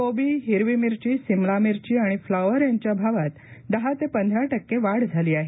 कोबी हिरवी मिरची सिमला मिरची आणि फ्लॉवर यांच्या भावात दहा ते पंधरा क्के वाढ झाली आहे